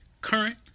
Current